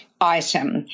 Item